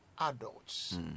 adults